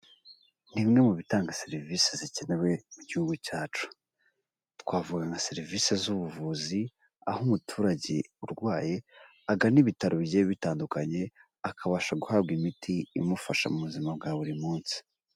Ni imwe mu bitanga serivise zikenewe mu gihugu cyacu, twavuga nka serivise z'ubuvuzi aho umuturage urwaye agana ibitaro bigiye bitandukanye akabasha guhabwa imiti imufasha mu buzima bwa buri munsi.